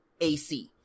AC